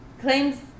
claims